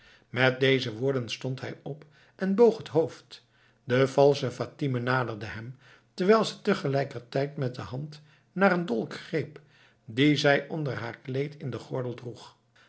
met deze woorden stond hij op en boog het hoofd de valsche fatime naderde hem terwijl ze tegelijkertijd met de hand naar een dolk greep die zij onder haar kleed in den gordel droeg